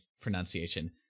pronunciation